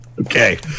Okay